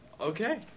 Okay